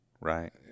Right